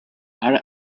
are